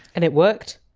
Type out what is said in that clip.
and it worked?